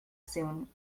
soon